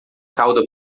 cauda